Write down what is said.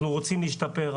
אנחנו רוצים להשתפר.